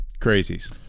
crazies